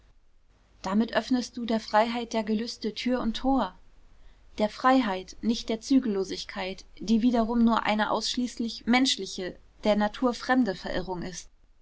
damit öffnest du der freiheit der gelüste tür und tor der freiheit nicht der zügellosigkeit die wiederum nur eine ausschließlich menschliche der natur fremde verirrung ist